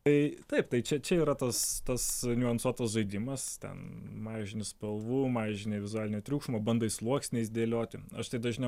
tai taip tai čia čia yra tas tas niuansuotas žaidimas ten mažini spalvų mažini vizualinio triukšmo bandai sluoksniais dėlioti aš tai dažniau